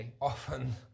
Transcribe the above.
often